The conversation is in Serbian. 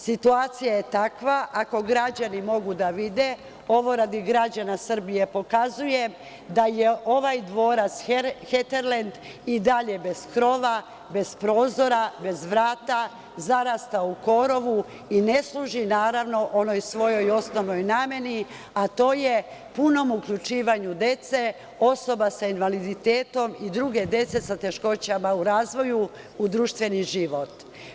Situacija je takva, ako građani mogu da vide, ovo radi građana Srbije pokazujem, da je ovaj dvorac „Heterlend“ i dalje bez krova, bez prozora, bez vrata, zarastao u korovu, i ne služi naravno, onoj svojoj osnovnoj nameni, a to je punom uključivanju dece osoba sa invaliditetom i druge dece sa teškoćama u razvoju u društveni život.